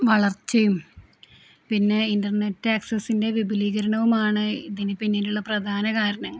വളർച്ചയും പിന്നെ ഇൻ്റർനെറ്റ് ആക്സസിൻ്റെ വിപുലീകരണവുമാണ് ഇതിനു പിന്നിലുള്ള പ്രധാന കാരണങ്ങള്